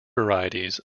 varieties